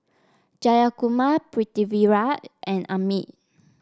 Jayakumar Pritiviraj and Amit